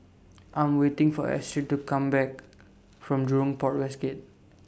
I Am waiting For Astrid to Come Back from Jurong Port West Gate